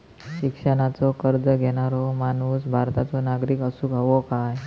शिक्षणाचो कर्ज घेणारो माणूस भारताचो नागरिक असूक हवो काय?